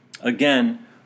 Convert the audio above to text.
Again